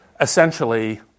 essentially